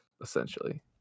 essentially